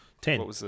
Ten